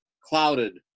clouded